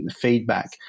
feedback